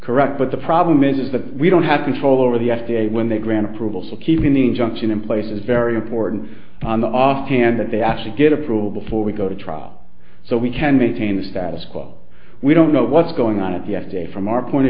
correct but the problem is that we don't have control over the f d a when they granted approval so keeping the injunction in place is very important on the off hand that they actually get approval before we go to trial so we can maintain the status quo we don't know what's going on at the f d a from our point of